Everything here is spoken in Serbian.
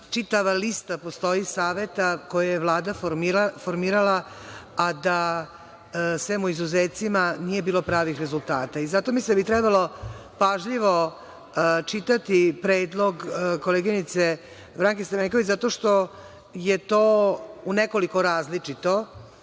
čitava lista saveta postoji koje je Vlada formirala, a da, sem u izuzecima, nije bilo pravih rezultata. Zato mislim da bi trebalo pažljivo čitati predlog koleginice Branke Stamenković, zato što je to unekoliko različito